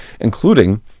including